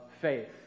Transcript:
faith